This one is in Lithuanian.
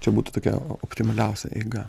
čia būtų tokia optimaliausia eiga